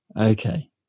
okay